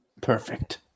Perfect